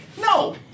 no